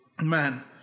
man